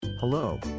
Hello